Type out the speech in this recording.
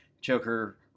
Joker